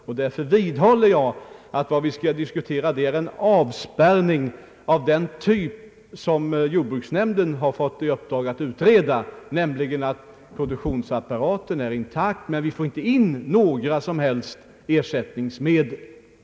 Jag vidhåller därför att vad vi nu skall diskutera är en avspärrning av den typ som jordbruksnämnden fått i uppdrag att utreda, nämligen ett läge där produktionsapparaten är intakt men inga som helst ersättningsmedel kan införas i landet.